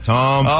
Tom